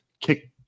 kick